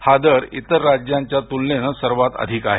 हा दर इतर राज्यांच्या तुलनेत सर्वाधिक आहे